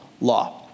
law